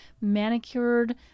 manicured